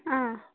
ಆಂ